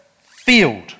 field